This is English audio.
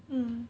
mm